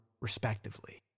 respectively